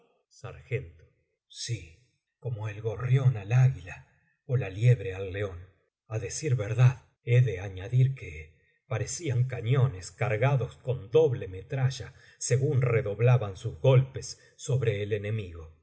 sarg sí como el gorrión al águila ó la liebre al león a decir verdad he de añadir que parecían cañones cargados con doble metralla según redoblaban sus golpes sobre el enemigo